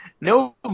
No